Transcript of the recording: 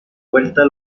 vuelta